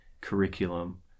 curriculum